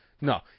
No